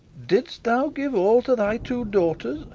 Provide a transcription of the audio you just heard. didst thou give all to thy two daughters?